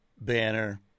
banner